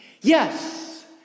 Yes